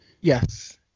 yes